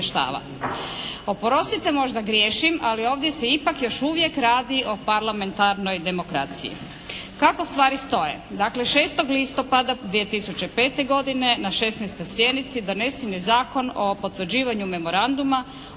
Oprostite možda griješim, ali ovdje se ipak još uvijek radi o parlamentarnoj demokraciji. Kako stvari stoje? Dakle 6. listopada 2005. godine na 16. sjednici donesen je Zakon o potvrđivanju Memoranduma